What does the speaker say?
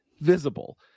visible